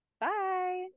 Bye